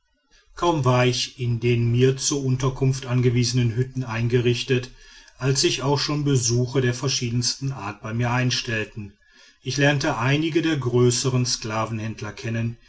kaum war ich in den mir zur unterkunft angewiesenen hütten eingerichtet als sich auch schon besuche der verschiedensten art bei mir einstellten ich lernte einige der größern sklavenhändler kennen